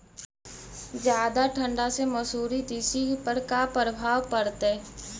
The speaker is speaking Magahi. जादा ठंडा से मसुरी, तिसी पर का परभाव पड़तै?